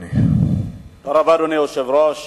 אדוני היושב-ראש,